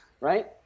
Right